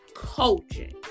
coaching